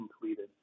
completed